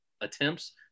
attempts